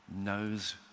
knows